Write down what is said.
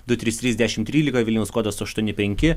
du trys trys dešim trylika vilniaus kodas aštuoni penki